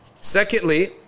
Secondly